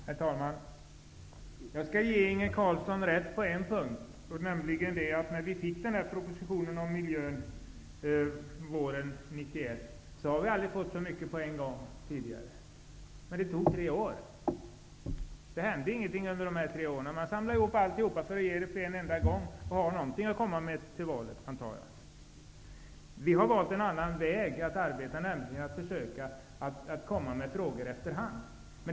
Herr talman! Jag skall ge Inge Carlsson rätt på en punkt, nämligen att vi när vi fick propositionen om miljön våren 1991 aldrig hade fått så mycket på en gång. Men det tog tre år. Det hände ingenting under de här tre åren. Man samlade ihop alltihop och lade fram det vid ett enda tillfälle, för att ha någonting att komma med till valet, antar jag. Vi har valt en annan väg för vårt arbete, nämligen att försöka att ta upp frågor efter hand.